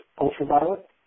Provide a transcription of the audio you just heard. ultraviolet